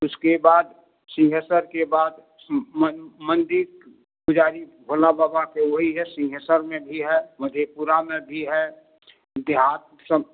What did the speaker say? उसके बाद सिंघेश्वर के बाद मंदिर के पुजारी भोला बाबा के वही है सिंघेश्वर में भी है मधेपुरा में भी है देहात सब